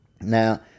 Now